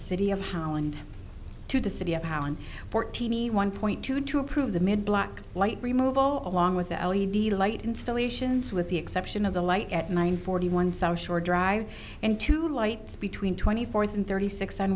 city of holland to the city a pound fourteen e one point two to approve the mid black light remove all along with the light installations with the exception of the light at nine forty one south shore drive and two lights between twenty fourth and thirty six